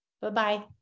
Bye-bye